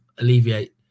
alleviate